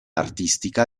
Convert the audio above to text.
artistica